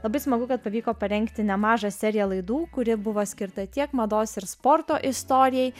labai smagu kad pavyko parengti nemažą seriją laidų kuri buvo skirta tiek mados ir sporto istorijai